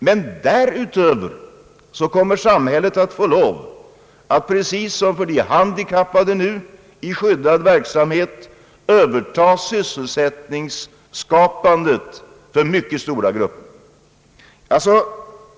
Men därutöver måste samhället precis som nu för de handikappade i skyddad verksamhet överta skapandet av sysselsättning för mycket stora grupper.